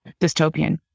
dystopian